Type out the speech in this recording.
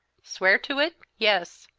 swear to it? yes.